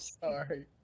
sorry